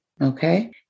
Okay